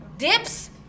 Dips